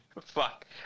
Fuck